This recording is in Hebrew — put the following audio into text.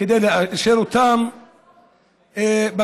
כדי לאשר אותן בקואליציה.